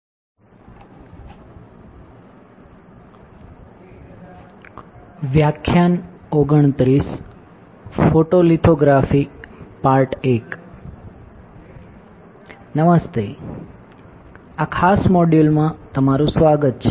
હાય આ ખાસ મોડ્યુલ માં તમારું સ્વાગત છે